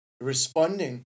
responding